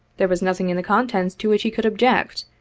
there was nothing in the contents to which he could object,